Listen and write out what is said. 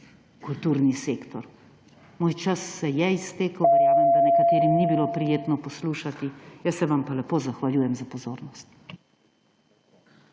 kulturni sektor. Moj čas se je iztekel, pa verjamem, da nekaterim ni bilo prijetno poslušati. Jaz se vam pa lepo zahvaljujem za pozornost.